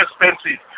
expensive